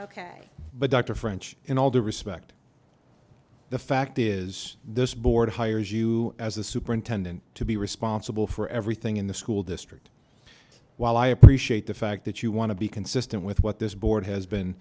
ok but dr french in all due respect the fact is this board hires you as a superintendent to be responsible for everything in the school district while i appreciate the fact that you want to be consistent with what this board has been